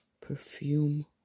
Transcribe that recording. perfume